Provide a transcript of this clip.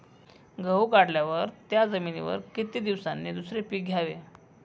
गहू काढल्यावर त्या जमिनीवर किती दिवसांनी दुसरे पीक घ्यावे?